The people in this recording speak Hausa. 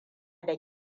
da